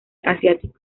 asiático